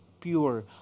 pure